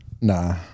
Nah